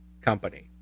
company